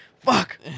Fuck